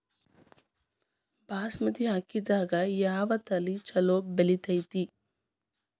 ಬಾಸುಮತಿ ಅಕ್ಕಿದಾಗ ಯಾವ ತಳಿ ಛಲೋ ಬೆಳಿತೈತಿ?